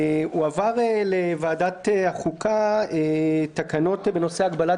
הועברו לוועדת החוקה תקנות בנושא הגבלת